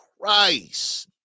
Christ